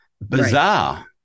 bizarre